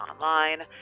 online